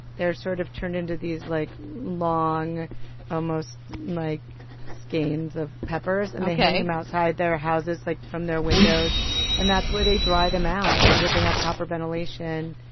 they're sort of turned into these like long like skeins of peppers. and they hang them outside their houses like from their windows and that's where they dry them out so that they have proper ventilation.